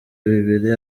bibiri